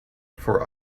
for